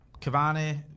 Cavani